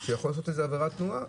יכול לעשות עבירת תנועה.